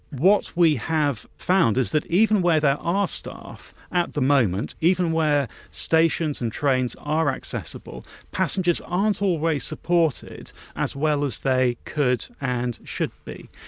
what we have found is that even where there are ah staff, at the moment, even where stations and trains are accessible, passengers aren't always supported as well as they could and should be.